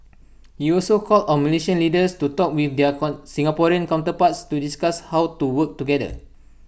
he also called on Malaysian leaders to talk with their Singaporean counterparts to discuss how to work together